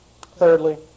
Thirdly